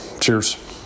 Cheers